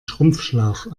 schrumpfschlauch